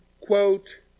quote